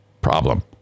problem